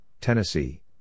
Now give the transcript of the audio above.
Tennessee